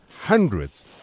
hundreds